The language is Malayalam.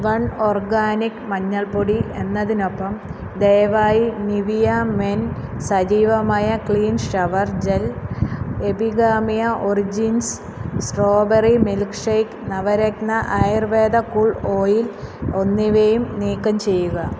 വൺ ഓർഗാനിക് മഞ്ഞൾ പൊടി എന്നതിനൊപ്പം ദയവായി നിവിയ മെൻ സജീവമായ clean shower gel Epigamia origins strawberry milkshake Navratna Ayurveda cool oil എന്നിവയും നീക്കം ചെയ്യുക